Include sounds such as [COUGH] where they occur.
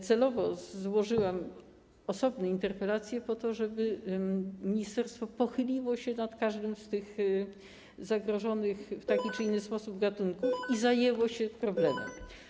Celowo złożyłam osobne interpelacje po to, żeby ministerstwo pochyliło się nad każdym z tych zagrożonych [NOISE] w taki czy inny sposób gatunków i zajęło się problemem.